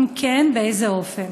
2. אם כן, באיזה אופן?